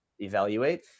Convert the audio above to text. evaluate